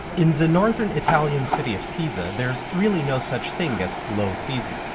in the northern italian city of pisa, there's really no such thing as low season.